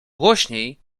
głośniej